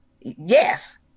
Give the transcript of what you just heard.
Yes